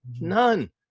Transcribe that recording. None